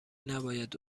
نباید